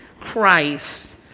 Christ